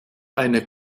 eine